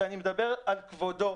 אני מדבר על כבודו,